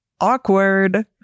Awkward